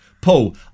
Paul